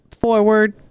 forward